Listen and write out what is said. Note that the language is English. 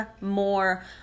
more